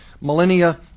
millennia